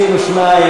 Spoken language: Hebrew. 62,